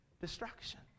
destruction